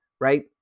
right